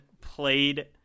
played